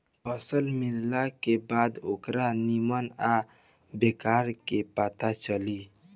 फसल मिलला के बाद ओकरे निम्मन आ बेकार क पता चली